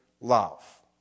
love